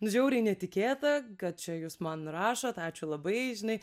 nu žiauriai netikėta kad čia jūs man rašot ačiū labai žinai